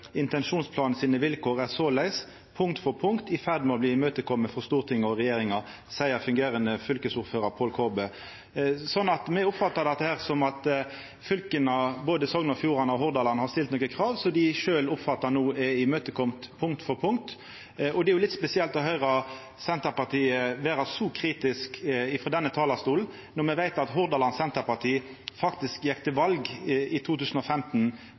«Intensjonsplanen sine vilkår er såleis – punkt for punkt – i ferd med å bli imøtekomne frå Stortinget og regjeringa.» Me oppfattar dette som at fylka, både Sogn og Fjordane og Hordaland, her stiller nokre krav som dei no sjølve oppfattar er imøtekomne punkt for punkt. Det er litt spesielt å høyra Senterpartiet vera så kritisk frå denne talarstolen når me veit at Hordaland senterparti faktisk gjekk til val i 2015